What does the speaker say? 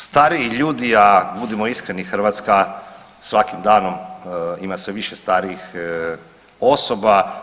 Stariji ljudi, a budimo iskreni Hrvatska svakim danom ima sve više starijih osoba.